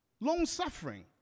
long-suffering